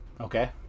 Okay